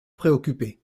préoccupé